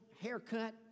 haircut